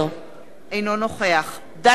אינו נוכח דני דנון,